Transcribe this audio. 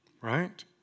Right